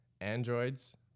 Androids